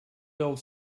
built